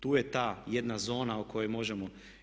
Tu je ta jedna zona o kojoj možemo.